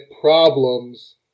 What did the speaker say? problems